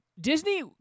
Disney